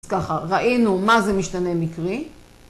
ככה, ראינו מה זה משתנה מקרי.